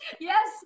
Yes